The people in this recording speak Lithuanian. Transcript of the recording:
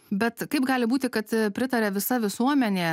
bet kaip gali būti kad pritaria visa visuomenė